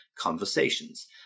conversations